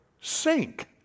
sink